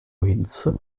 hinze